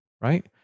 Right